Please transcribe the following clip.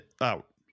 out